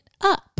up